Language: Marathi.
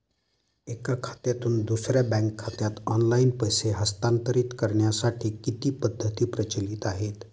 एका खात्यातून दुसऱ्या बँक खात्यात ऑनलाइन पैसे हस्तांतरित करण्यासाठी किती पद्धती प्रचलित आहेत?